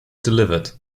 delivered